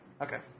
Okay